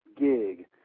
gig –